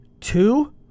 two